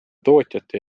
tootjate